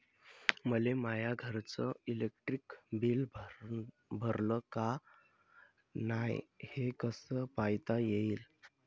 मले माया घरचं इलेक्ट्रिक बिल भरलं का नाय, हे कस पायता येईन?